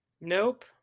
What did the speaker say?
Nope